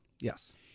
Yes